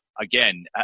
Again